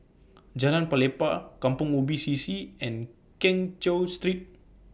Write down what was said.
Jalan Pelepah Kampong Ubi C C and Keng Cheow Street